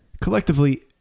Collectively